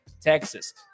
Texas